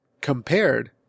compared